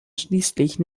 schließlich